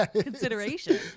consideration